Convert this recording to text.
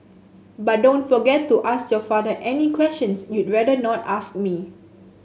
but don't forget to ask your father any questions you'd rather not ask me